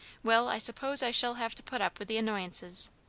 well, i suppose i shall have to put up with the annoyances.